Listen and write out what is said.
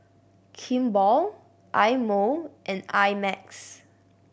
Kimball Eye Mo and I Max